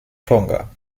tonga